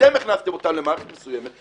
אתם הכנסתם אותם למערכת מסוימת,